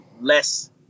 less